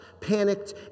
panicked